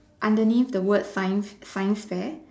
underneath the word science science fair